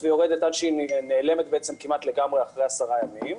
ויורדת עד שהיא נעלמת כמעט לגמרי אחרי עשרה ימים,